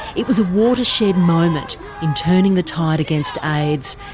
it was a watershed moment in turning the tide against aids,